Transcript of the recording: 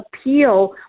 appeal